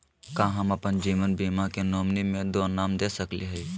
का हम अप्पन जीवन बीमा के नॉमिनी में दो नाम दे सकली हई?